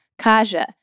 Kaja